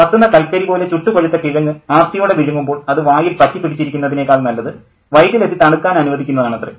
കത്തുന്ന കൽക്കരി പോലെ ചുട്ടുപഴുത്ത കിഴങ്ങ് ആർത്തിയോടെ വിഴുങ്ങുമ്പോൾ അത് വായിൽ പറ്റി പിടിച്ചിരിക്കുന്നതിനേക്കാൾ നല്ലത് വയറ്റിൽ എത്തി തണുക്കാൻ അനുവദിക്കുന്നതാണത്രേ